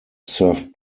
served